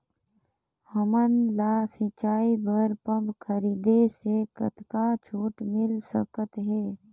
हमन ला सिंचाई बर पंप खरीदे से कतका छूट मिल सकत हे?